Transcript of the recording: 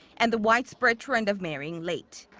and the widespread trend of marrying late.